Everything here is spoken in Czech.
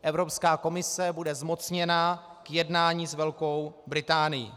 Evropská komise bude zmocněna k jednání s Velkou Británií.